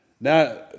Now